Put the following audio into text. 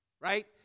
Right